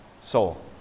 soul